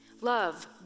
love